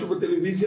משהו בטלוויזיה,